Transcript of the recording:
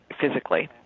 physically